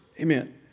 Amen